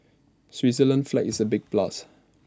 Switzerland's flag is A big plus